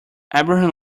abraham